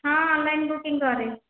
ହଁ online booking କରେ